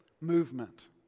Movement